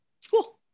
school